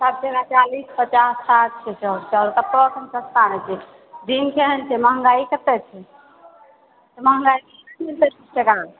सब जगह चालीस पचास साठि छै चाउर चाउर कतहुँ एखन सस्ता नहि छै दिन केहन छै महंगाई कतेक छै महंगाईके देत बीस टकामे